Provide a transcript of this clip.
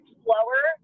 slower